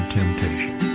temptation